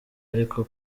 ariko